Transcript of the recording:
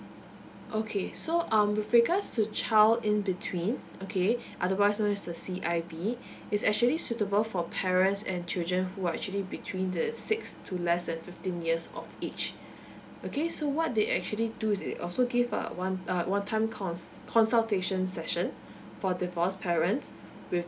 okay so um with regards to child in between okay otherwise known as the C_I_B it's actually suitable for parents and children who are actually between the six to less than fifteen years of age okay so what they actually do is they also give a one uh one time cons~ consultation session for divorced parents with